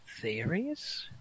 theories